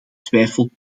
twijfel